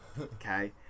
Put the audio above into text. okay